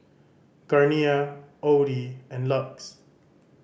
Garnier Audi and LUX